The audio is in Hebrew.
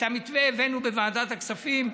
את המתווה הבאנו בוועדת הכספים,